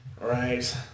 Right